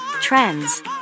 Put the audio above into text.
trends